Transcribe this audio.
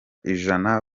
ijana